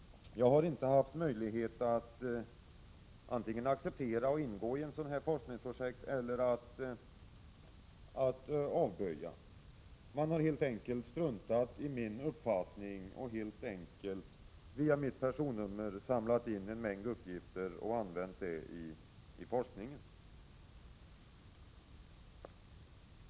Jag har inte haft — Prot. 1987/88:21 möjlighet att antingen acceptera att ingå i ett sådant forskningsprojekt eller 11 november 1987 att avböja. Man har helt enkelt struntat i min uppfattning utan helt enkelt via 0 mitt personnummer samlat in en mängd uppgifter och använt dem i forskningen. Herr talman!